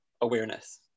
awareness